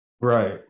Right